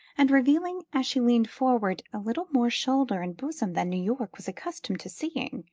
and revealing, as she leaned forward, a little more shoulder and bosom than new york was accustomed to seeing,